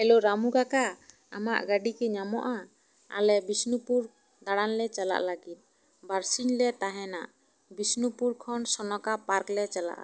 hello Ramu ᱠᱟᱠᱟ ᱟᱢᱟᱜ ᱜᱟᱹᱰᱤ ᱠᱤ ᱧᱟᱢᱚᱜᱼᱟ ᱟᱞᱮ ᱵᱤᱥᱱᱩᱯᱩᱨ ᱫᱟᱬᱟᱱ ᱞᱮ ᱪᱟᱞᱟᱜ ᱞᱟᱹᱜᱤᱫ ᱵᱟᱨ ᱥᱤᱧ ᱞᱮ ᱛᱟᱦᱮᱱᱟ ᱵᱤᱥᱱᱩᱯᱩᱨ ᱠᱷᱚᱱ ᱥᱚᱱᱚᱠᱟ ᱯᱟᱨᱠ ᱞᱮ ᱪᱟᱞᱟᱜᱼᱟ